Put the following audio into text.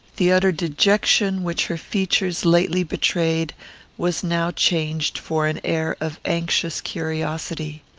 the utter dejection which her features lately betrayed was now changed for an air of anxious curiosity.